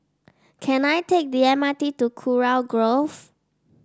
can I take the M R T to Kurau Grove